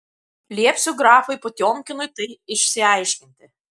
liepsiu grafui potiomkinui tai išsiaiškinti